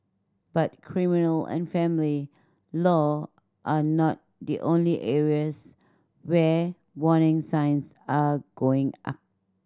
but criminal and family law are not the only areas where warning signs are going up